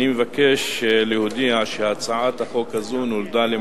אני מבקש להודיע שהצעת החוק הזאת נולדה,